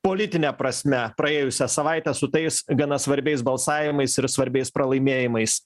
politine prasme praėjusią savaitę su tais gana svarbiais balsavimais ir svarbiais pralaimėjimais